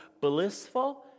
blissful